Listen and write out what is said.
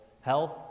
health